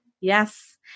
Yes